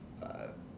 uh